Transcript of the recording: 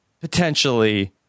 potentially